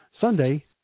Sunday